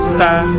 Star